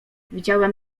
widziałem